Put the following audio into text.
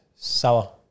Sour